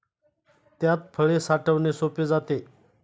त्यात फळे साठवणे सोपे जाते